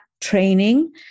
training